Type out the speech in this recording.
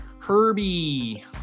Herbie